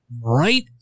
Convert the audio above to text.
right